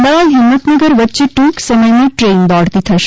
અમદાવાદ હિંમતનગર વચ્ચે ટ્રંક સમયમાં ટ્રેન દોડતી થશે